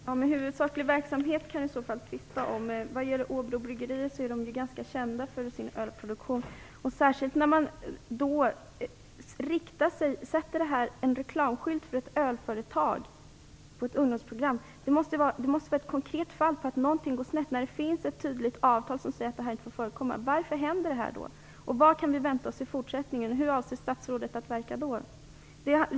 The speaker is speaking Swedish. Fru talman! Vad som skall anses som huvudsaklig verksamhet kan vi tvista om. Vad gäller Åbro bryggerier är det ganska känt för sin ölproduktion. Att man sätter en reklamskylt för ett ölföretag på ett ungdomsprogram måste vara ett konkret exempel på att någonting har gått snett, när det finns ett tydligt avtal som säger att det inte får förekomma. Varför förekommer detta? Vad kan vi vänta oss i fortsättningen? Hur avser statsrådet att verka?